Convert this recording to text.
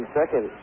second